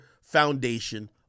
foundation